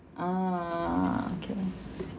ah okay leh